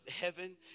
heaven